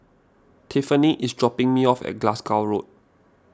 Tiffanie is dropping me off at Glasgow Road